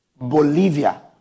Bolivia